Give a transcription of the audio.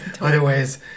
Otherwise